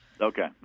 Okay